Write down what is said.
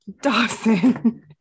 dawson